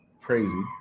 crazy